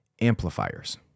amplifiers